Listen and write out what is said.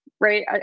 right